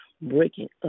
breaking